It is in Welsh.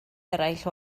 eraill